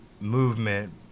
movement